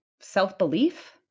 self-belief